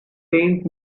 faint